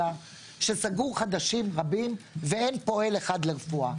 שסגור חודשים רבים ואין פועל אחד לרפואה.